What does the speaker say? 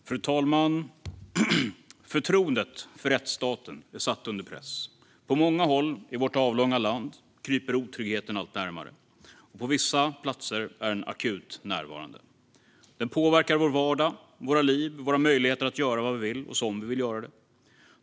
Fru talman! Förtroendet för rättsstaten är satt under press. På många håll i vårt avlånga land kryper otryggheten allt närmare, och på vissa platser är den akut närvarande. Den påverkar vår vardag, våra liv och våra möjligheter att göra vad vi vill och som vi vill.